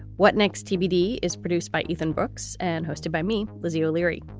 what next? tbd is produced by ethan brooks and hosted by me. lizzie o'leary.